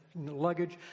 luggage